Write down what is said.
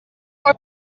more